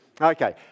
Okay